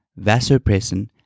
vasopressin